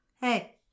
hey